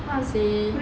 a'ah seh